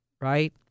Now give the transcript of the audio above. right